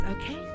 Okay